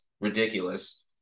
Ridiculous